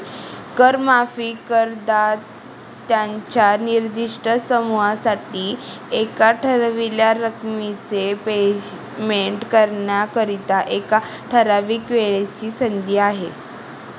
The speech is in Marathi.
कर माफी करदात्यांच्या निर्दिष्ट समूहासाठी एका ठरवलेल्या रकमेचे पेमेंट करण्याकरिता, एका ठराविक वेळेची संधी आहे